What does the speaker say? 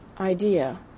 idea